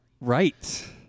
right